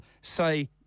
say